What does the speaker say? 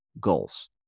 goals